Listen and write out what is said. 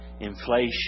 inflation